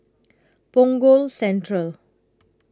Punggol Central